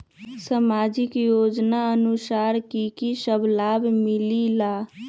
समाजिक योजनानुसार कि कि सब लाब मिलीला?